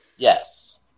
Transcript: Yes